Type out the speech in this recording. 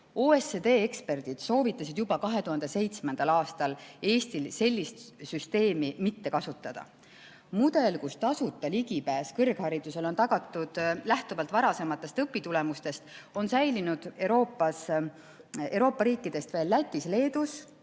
OECD eksperdid soovitasid juba 2007. aastal Eestil sellist süsteemi mitte kasutada. Mudel, kus tasuta ligipääs kõrgharidusele on tagatud lähtuvalt varasematest õpitulemustest, on säilinud Euroopa riikidest veel Lätis, Leedus,